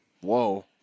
Whoa